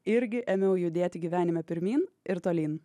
irgi ėmiau judėti gyvenime pirmyn ir tolyn